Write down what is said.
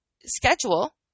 schedule